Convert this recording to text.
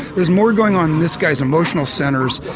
there's more going on in this guy's emotional centres,